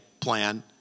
plan